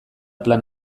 plan